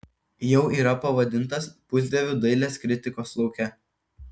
jau yra pavadintas pusdieviu dailės kritikos lauke